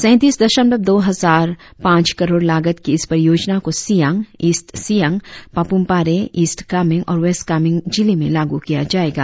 सैतीस दशमलव दो पांच करोड़ लागत की इस परियोजना को सियांग ईस्ट सियांग पापुमपारे ईस्ट कामेंग और वेस्ट सियांग जिले में लागु किया जाएगा